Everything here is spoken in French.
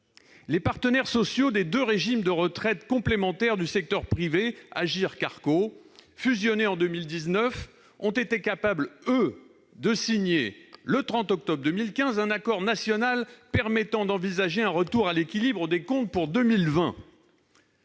Les partenaires sociaux des deux régimes de retraite complémentaires du secteur privé Agirc-Arrco, fusionnés en 2019, ont été capables, eux, de signer, le 30 octobre 2015, un accord national permettant d'envisager un retour à l'équilibre des comptes pour 2020.